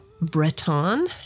Breton